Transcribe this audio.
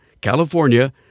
California